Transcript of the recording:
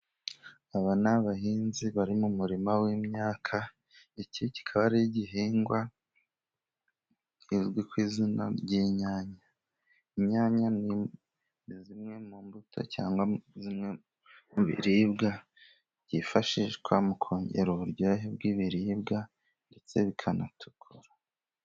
Aba ni abahinzi bari mu murima w'imyaka, iki kikaba ari igihingwa kizwi ku izina ry'inyanya, inyanya ni zimwe mu mbuto cyangwa zimwe mu biribwa byifashishwa, mu kongera uburyohe bw'ibiribwa ndetse bigatukura.